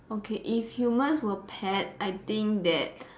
okay if humans were pet I think that